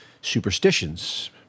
superstitions